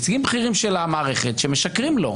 נציגים בכירים של המערכת שמשקרים לו,